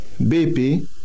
BP